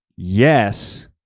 yes